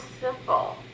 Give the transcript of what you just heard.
simple